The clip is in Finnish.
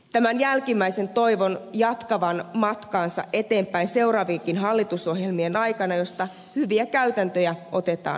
tämän jälkimmäisen toivon jatkavan matkaansa eteenpäin seuraavienkin hallitusohjelmien aikana ja siitä hyviä käytäntöjä otetaan mukaan